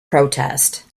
protest